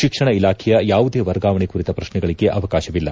ಶಿಕ್ಷಣ ಇಲಾಖೆಯ ಯಾವುದೇ ವರ್ಗಾವಣೆ ಕುರಿತ ಪ್ರಶ್ನೆಗಳಿಗೆ ಅವಕಾಶವಿಲ್ಲ